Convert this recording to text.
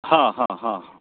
हाँ हाँ हाँ